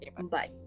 bye